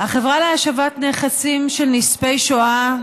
החברה להשבת נכסים של נספי שואה,